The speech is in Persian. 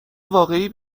واقعی